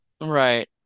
Right